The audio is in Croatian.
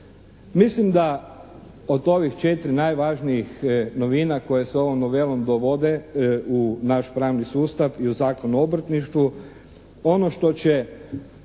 Mislim da od ovih 4 najvažnijih novina koje se ovom novelom dovode u naš pravni sustav i u naš Zakon o obrtništvu ono što će